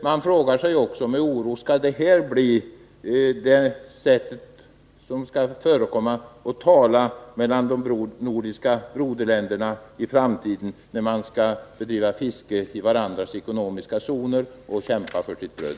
Man frågar sig också med oro: Skall detta bli det sätt på vilket de nordiska broderländerna skall tala med varandra i framtiden, när de skall bedriva fiske i varandras ekonomiska zoner och kämpa för sitt bröd?